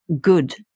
good